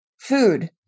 Food